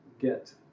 get